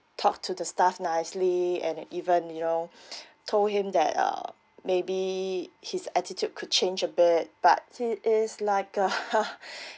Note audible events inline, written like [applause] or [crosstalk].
talk to the staff nicely and I even you know told him that uh maybe his attitude could change a bit but he is like uh [breath]